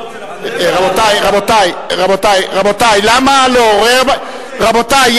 רבותי, רבותי, רבותי, למה לעורר, רבותי,